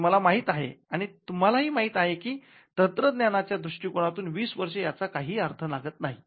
ते मला माहित आहे आणि तुम्हाला माहीत आहे की तंत्रज्ञानाच्या दृष्टिकोनातून वीस वर्ष याचा काही अर्थ लागत नाही